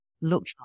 look